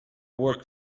work